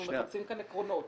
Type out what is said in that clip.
אנחנו מחפשים כאן עקרונות.